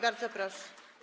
Bardzo proszę.